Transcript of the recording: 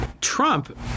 Trump